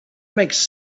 makes